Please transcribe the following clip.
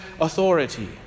authority